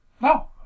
no